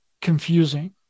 confusing